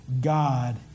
God